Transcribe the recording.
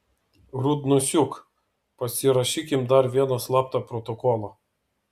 rudnosiuk pasirašykim dar vieną slaptą protokolą